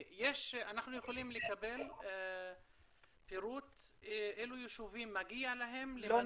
אנחנו יכולים לקבל פירוט אילו יישובים מגיע להם למנות,